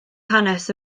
hanes